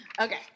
Okay